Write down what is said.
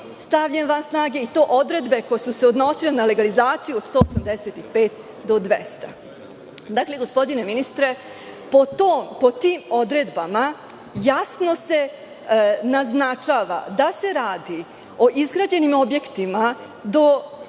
stavljen van snage i to odredbe koje su se odnosile na legalizaciju, od 185 do 200. Dakle, gospodine ministre, po tim odredbama jasno se naznačava da se radi o izgrađenim objektima do